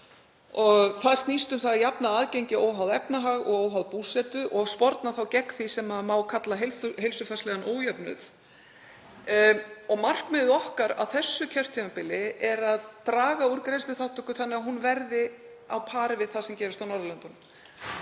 og það snýst um að jafna aðgengi óháð efnahag og búsetu og sporna gegn því sem má kalla heilsufarslegan ójöfnuð. Markmið okkar á þessu kjörtímabili er að draga úr greiðsluþátttöku þannig að hún verði á pari við það sem gerist annars staðar á Norðurlöndunum.